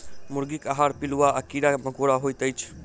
मुर्गीक आहार पिलुआ आ कीड़ा मकोड़ा होइत अछि